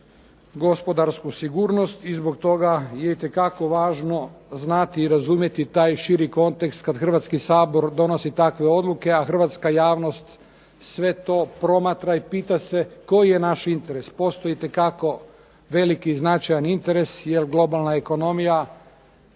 gospodarsku sigurnost. I zbog toga je itekako važno znati i razumjeti taj širi kontekst kada Hrvatski sabor donosi odluke, a hrvatska javnost sve to promatra i pita se koji je naš interes. Postoji itekako veliki i značajni interes, jer globalna ekonomija